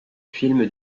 film